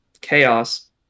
chaos